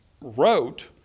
wrote